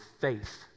faith